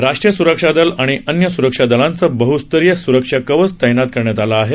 राष्ट्रीय स्रक्षा दल आणि अन्य स्रक्षा दालांचं बहस्तरीय स्रक्षा कवच तैनात करण्यात आलं आहे